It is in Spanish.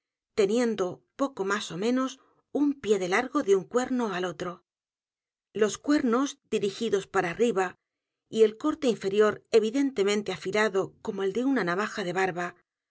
teniendo poco más ó menos un pie de largo de u n cuerno al o t r o los cuernos dirigidos para arriba y el corte inferior evidentemente afilado como el de una navaja de barba